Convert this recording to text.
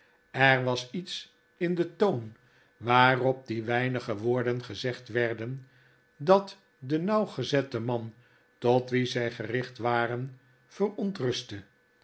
er was iets in den toon waarop dieweinige woorden gezegd werden dat den nauwgezetten man tot wien zy gericht waren verontrustte